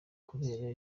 kubera